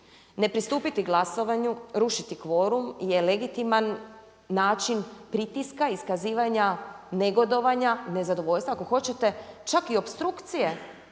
Ne pristupiti glasovanju, rušiti kvorum je legitiman način pritiska, iskazivanja negodovanja, nezadovoljstva, ako hoćete čak i opstrukcije